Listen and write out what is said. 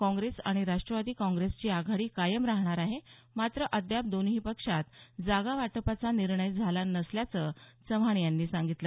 काँग्रेस आणि राष्ट्रवादी काँग्रेसची आघाडी कायम राहणार आहे मात्र अद्याप दोन्ही पक्षात जागा वाटपाचा निर्णय अद्याप झाला नसल्याचं चव्हाण यांनी सांगितलं